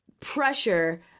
pressure